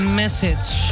message